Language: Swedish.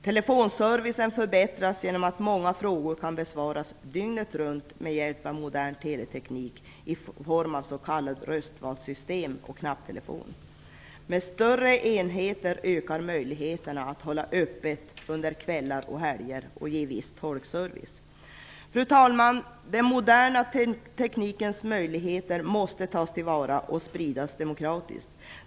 Telefonservicen förbättras genom att många frågor kan besvaras dygnet runt med hjälp av modern teleteknik i form av s.k. röstvalssystem och knapptelefon. Med större enheter ökar möjligheten att hålla öppet under kvällar och helger och ge viss tolkservice. Fru talman! Den moderna teknikens möjligheter måste tas till vara och spridas demokratiskt.